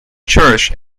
church